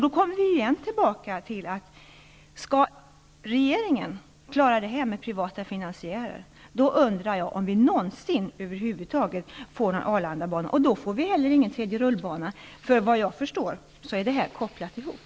Återigen: Skall regeringen klara uppgiften med privata finansiärer undrar jag om vi någonsin får någon Arlandabana. Om så inte sker, får vi inte heller någon tredje rullbana, för såvitt jag förstår är dessa frågor sammankopplade.